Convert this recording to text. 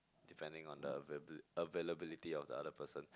depending on the availabil~ availability of the other person